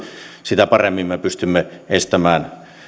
sitä paremmin me pystymme estämään